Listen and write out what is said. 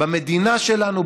במדינה שלנו,